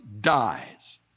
dies